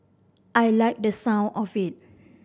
I liked the sound of it